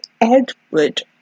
Edward